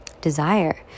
desire